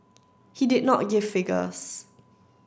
he did not give figures